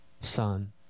Son